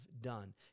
done